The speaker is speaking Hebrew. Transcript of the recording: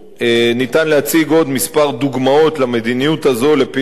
ניתן להציג עוד דוגמאות מספר למדיניות הזאת בפעילות שהמשרד